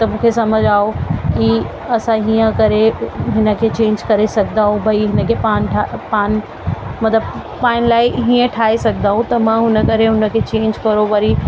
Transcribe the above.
त मूंखे सम्झ आहियूं की असां हीअं करे हिन खे चेंज करे सघंदा आहियूं भई हिन जे पाण ठाहे पाण मतिलबु पाइण लाइ हीअं ठाहे सघंदा आहियूं त मां हुन करे हुन खे चेंज कयो वरी